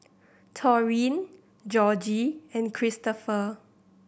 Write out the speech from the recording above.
Taurean Georgie and Kristopher